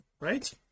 right